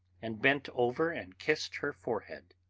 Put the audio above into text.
and bent over and kissed her forehead.